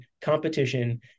competition